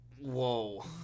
Whoa